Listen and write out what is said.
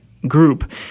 Group